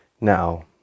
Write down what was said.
Now